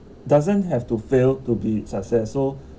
doesn't have to fail to be success so